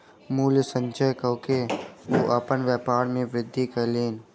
मूल्य संचय कअ के ओ अपन व्यापार में वृद्धि कयलैन